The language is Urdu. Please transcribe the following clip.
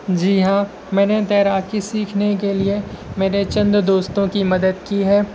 جی ہاں میں نے تیراکی سیکھنے کے لیے میرے چند دوستوں کی مدد کی ہے